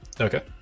Okay